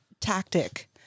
tactic